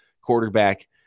quarterback